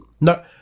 No